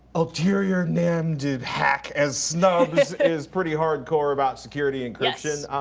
ulterior man-dude hack, ed snubs, is pretty hard core about security encryption.